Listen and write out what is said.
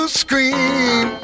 scream